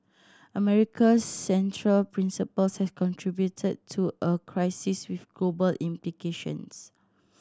America central principles has contributed to a crisis with global implications